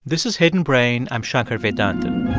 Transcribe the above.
this is hidden brain. i'm shankar vedantam